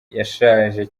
yashaje